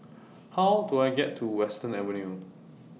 How Do I get to Western Avenue